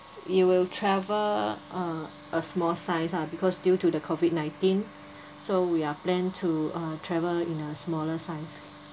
you will travel uh a small size ah because due to the COVID nineteen so we are plan to uh travel in a smaller size